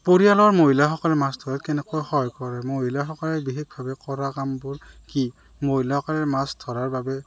পৰিয়ালৰ মহিলাসকলে মাছ ধৰে কেনেকৈ সহায় কৰে মহিলাসকলে বিশেষভাৱে কৰা কামবোৰ কি মহিলাসকলে মাছ ধৰাৰ বাবে